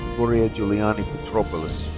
gregoria juliani petropoulos.